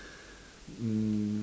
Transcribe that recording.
um